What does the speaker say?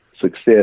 success